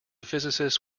physicist